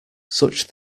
such